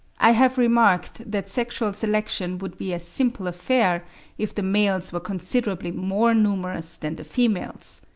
i have remarked that sexual selection would be a simple affair if the males were considerably more numerous than the females.